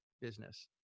business